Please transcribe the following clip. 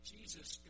Jesus